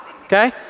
okay